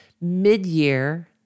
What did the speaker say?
Mid-year